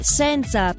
senza